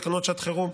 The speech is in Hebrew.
תקנות לשעת חירום.